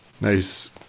nice